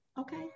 okay